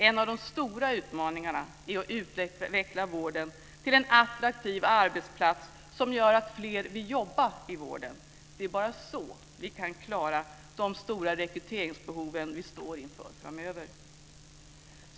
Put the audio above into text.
En av de stora utmaningarna är att utveckla vården till en attraktiv arbetsplats som gör att fler vill jobba i vården. Det är bara så vi kan klara de stora rekryteringsbehov vi står inför framöver.